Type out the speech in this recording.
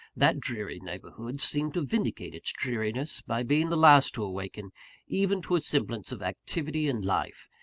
that dreary neighbourhood seemed to vindicate its dreariness by being the last to awaken even to a semblance of activity and life.